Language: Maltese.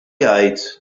jgħid